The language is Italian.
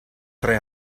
tre